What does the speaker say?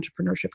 entrepreneurship